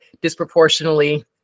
disproportionately